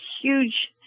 huge